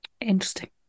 Interesting